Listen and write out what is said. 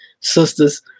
sisters